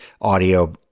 audio